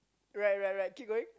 right right right keep going